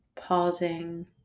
pausing